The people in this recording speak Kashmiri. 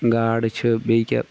گاڈٕ چھِ بیٚیہِ کیاہ